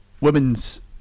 women's